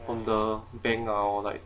from the bank or like